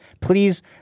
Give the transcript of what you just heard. please